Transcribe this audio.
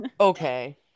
Okay